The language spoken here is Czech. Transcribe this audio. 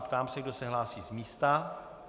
Ptám se, kdo se hlásí z místa.